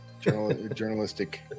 Journalistic